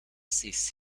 sees